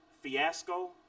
fiasco